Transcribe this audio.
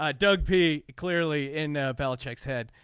ah doug p clearly in appellate checks head.